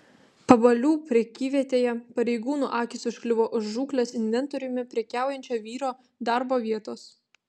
pabalių prekyvietėje pareigūnų akys užkliuvo už žūklės inventoriumi prekiaujančio vyro darbo vietos